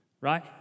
Right